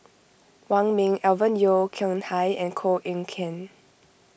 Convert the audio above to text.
Wong Ming Alvin Yeo Khirn Hai and Koh Eng Kian